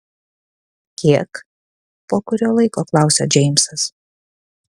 kiek po kurio laiko klausia džeimsas